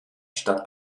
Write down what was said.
statt